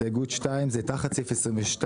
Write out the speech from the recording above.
הסתייגות 2 היא תחת סעיף 27,